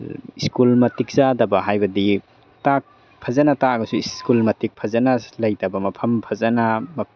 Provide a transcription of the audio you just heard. school ꯃꯇꯤꯛ ꯆꯥꯗꯕ ꯍꯥꯏꯕꯗꯤ ꯐꯖꯅ ꯇꯥꯛꯂꯒꯁꯨ ꯁ꯭ꯀꯨꯜ ꯃꯇꯤꯛ ꯐꯖꯅ ꯂꯩꯇꯕ ꯃꯐꯝ ꯐꯖꯅ